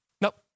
nope